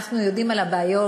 אנחנו יודעים על הבעיות,